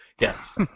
Yes